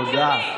תודה.